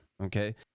okay